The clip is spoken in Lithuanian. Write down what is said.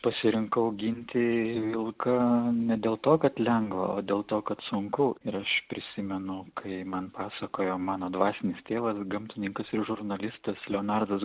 pasirinkau ginti vilką ne dėl to kad lengva o dėl to kad sunku ir aš prisimenu kai man pasakojo mano dvasinis tėvas gamtininkas ir žurnalistas leonardas